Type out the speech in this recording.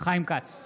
חיים כץ,